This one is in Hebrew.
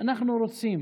אנחנו רוצים